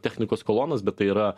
technikos kolonas bet tai yra